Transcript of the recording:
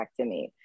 hysterectomy